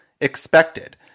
expected